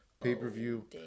pay-per-view